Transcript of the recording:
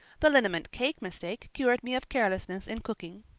the liniment cake mistake cured me of carelessness in cooking.